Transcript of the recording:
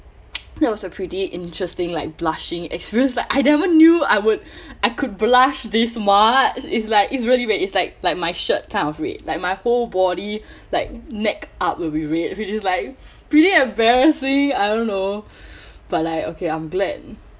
that was a pretty interesting like blushing experience like I never knew I would I could blush this much is like it's really weird it's like like my shirt kind of red like my whole body like neck up will be red it's just like pretty embarrassing I don't know but like okay I'm glad